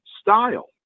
style